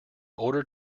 order